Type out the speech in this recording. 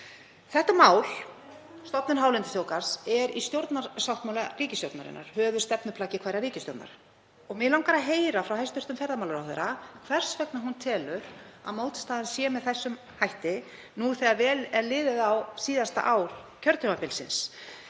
Þetta mál, stofnun hálendisþjóðgarðs, er í stjórnarsáttmála ríkisstjórnarinnar, höfuðstefnuplaggi hverrar ríkisstjórnar. Mig langar að heyra frá hæstv. ferðamálaráðherra hvers vegna hún telur að mótstaðan sé með þessum hætti nú þegar vel er liðið á síðasta ár kjörtímabilsins.